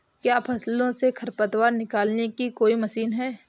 क्या फसलों से खरपतवार निकालने की कोई मशीन है?